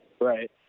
right